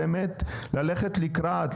באמת ללכת לקראת,